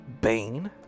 bane